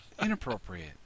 Inappropriate